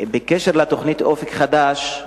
בקשר לתוכנית "אופק חדש",